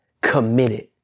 committed